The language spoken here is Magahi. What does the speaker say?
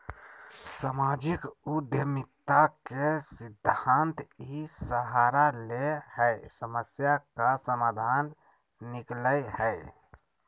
सामाजिक उद्यमिता के सिद्धान्त इ सहारा ले हइ समस्या का समाधान निकलैय हइ